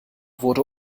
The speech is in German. wurde